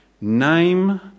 name